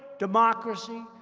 democracy,